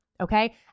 okay